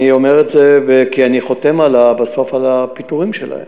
אני אומר את זה כי בסוף אני חותם על הפיטורים שלהם,